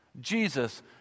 Jesus